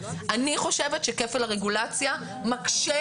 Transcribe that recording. אני חושבת שכפל הרגולציה מקשה